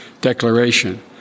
declaration